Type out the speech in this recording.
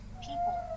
people